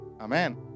Amen